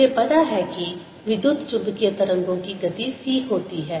मुझे पता है कि विद्युत चुम्बकीय तरंगों की गति c होती है